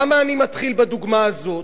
למה אני מתחיל בדוגמה הזאת?